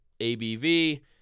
ABV